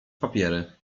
papiery